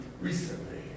recently